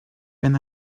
when